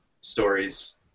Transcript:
stories